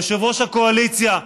יושב-ראש הקואליציה,